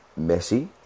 Messi